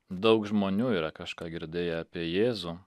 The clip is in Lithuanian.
daug žmonių yra kažką girdėję apie jėzų